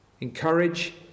Encourage